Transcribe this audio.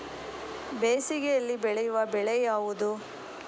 ಬೇಸಿಗೆಯಲ್ಲಿ ಬೆಳೆಯುವ ಬೆಳೆ ಯಾವುದು?